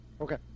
Okay